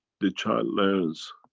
the child learns.